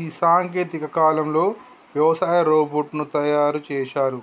ఈ సాంకేతిక కాలంలో వ్యవసాయ రోబోట్ ను తయారు చేశారు